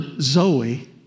zoe